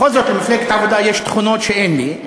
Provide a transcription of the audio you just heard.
בכל זאת, למפלגת העבודה יש תכונות שאין לי.